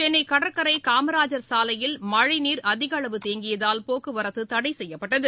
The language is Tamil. சென்னை கடற்கரை காமராஜா் சாலையில் மழைநீா் அதிகளவு தேங்கியதால் போக்குவரத்து தடை செய்யப்பட்டது